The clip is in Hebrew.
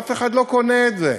אף אחד לא קונה את זה,